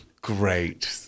great